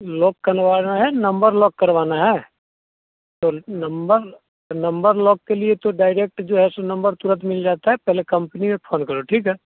lock कलवाना है number lock करवाना है तो नंबर नंबर लॉक के लिए तो डायरेक्ट जो है सो नंबर तुरत मिल जाता है पहले कम्पनी में फोन करो ठीक है